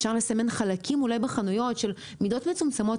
אפשר לסמן חלקים אולי בחנויות של מידות מצומצמות,